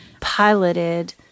piloted